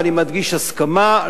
ואני מדגיש: הסכמה,